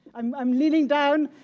i'm i'm leaning down,